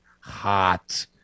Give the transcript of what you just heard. hot